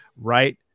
right